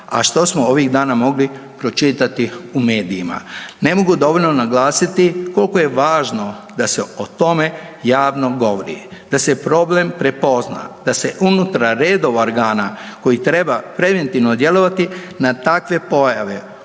a što smo ovih dana mogli pročitati u medijima. Ne mogu dovoljno naglasiti koliko je važno da se o tome javno govori, da se problem prepozna, da se unutar reda organa koji treba preventivno djelovati na takve pojave